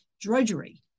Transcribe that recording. drudgery